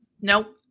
Nope